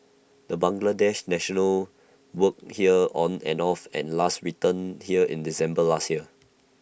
the Bangladesh national worked here on and off and last returned here in December last year